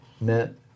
meant